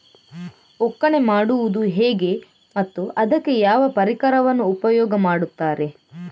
ಒಕ್ಕಣೆ ಮಾಡುವುದು ಹೇಗೆ ಮತ್ತು ಅದಕ್ಕೆ ಯಾವ ಪರಿಕರವನ್ನು ಉಪಯೋಗ ಮಾಡುತ್ತಾರೆ?